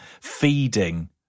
feeding